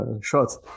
shots